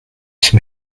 some